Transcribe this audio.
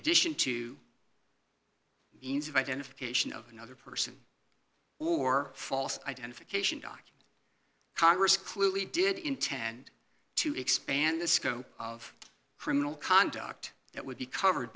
addition to means of identification of another person or false identification documents congress clearly did intend to expand the scope of criminal conduct that would be covered